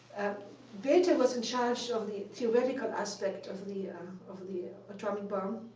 bethe was in charge of the theoretical aspect of the of the atomic bomb,